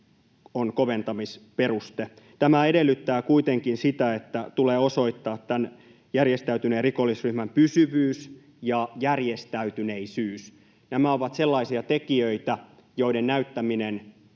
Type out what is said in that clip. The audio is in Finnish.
on koventamisperuste. Tämä edellyttää kuitenkin sitä, että tulee osoittaa tämän järjestäytyneen rikollisryhmän pysyvyys ja järjestäytyneisyys. Nämä ovat sellaisia tekijöitä, joiden näyttäminen